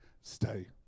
Stay